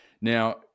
Now